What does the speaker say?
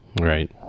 Right